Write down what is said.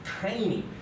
Tiny